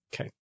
Okay